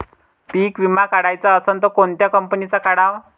पीक विमा काढाचा असन त कोनत्या कंपनीचा काढाव?